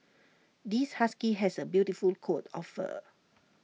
this husky has A beautiful coat of fur